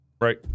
Right